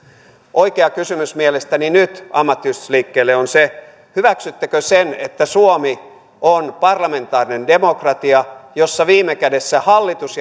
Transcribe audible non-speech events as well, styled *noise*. oikea kysymys mielestäni nyt ammattiyhdistysliikkeelle on hyväksyttekö sen että suomi on parlamentaarinen demokratia jossa viime kädessä hallitus *unintelligible*